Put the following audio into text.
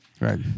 Right